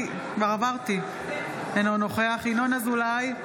אינו נוכח ינון אזולאי,